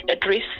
address